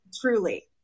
Truly